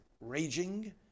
raging